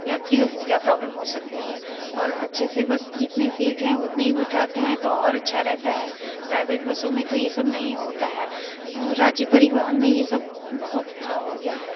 यात्रियों को क्या प्रोब्लम हो सकती है और अच्छे से बस जितनी सीट है उतनी हीं बिठाते हैं तो और अच्छा रहता है प्राइवेट बसों में तो ये सब नहीं होता है राज्य परिवहन में ये सब बहुत अच्छा हो गया है